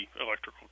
electrical